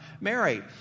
Mary